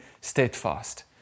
steadfast